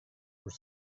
were